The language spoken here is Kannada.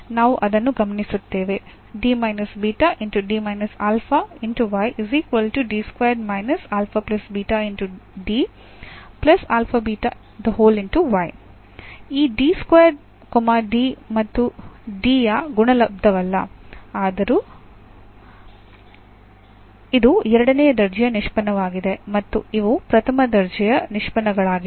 ನಾವು ಅದನ್ನು ಗಮನಿಸುತ್ತೇವೆ ಈ D ಮತ್ತು D ಯ ಗುಣಲಬ್ದವಲ್ಲ ಆದರೂ ಇದು ಎರಡನೇ ದರ್ಜೆಯ ನಿಷ್ಪನ್ನವಾಗಿದೆ ಮತ್ತು ಇವು ಪ್ರಥಮ ದರ್ಜೆಯ ನಿಷ್ಪನ್ನಗಳಾಗಿವೆ